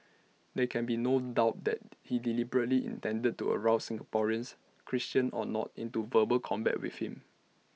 there can be no doubt that he deliberately intended to arouse Singaporeans Christians or not into verbal combat with him